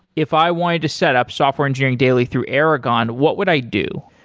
if i wanted to setup software engineering daily through aragon, what would i do?